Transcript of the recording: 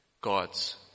God's